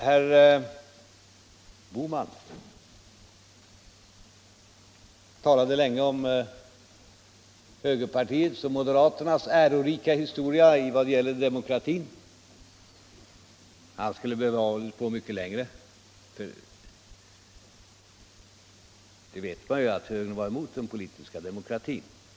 Herr Bohman talade länge om högerpartiets och moderaternas ärorika historia i vad gäller demokratin. Han skulle ha behövt hålla på mycket längre, för det vet man ju att högern varit mot den politiska demokratin.